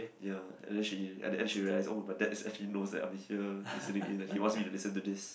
ya and then she at the end she realize oh my dad actually knows that I'm here listening in and he wants me to listen to this